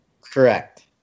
Correct